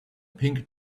pink